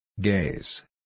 Gaze